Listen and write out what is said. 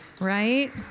Right